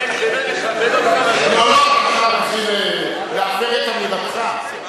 אכבד אותך, לא, אתה עכשיו מתחיל להפר את אמירתך.